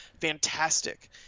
fantastic